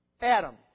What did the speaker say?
Adam